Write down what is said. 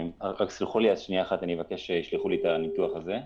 אני אבקש שישלחו לי את הניתוח הזה.